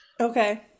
okay